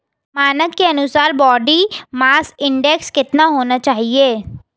मानक के अनुसार बॉडी मास इंडेक्स कितना होना चाहिए?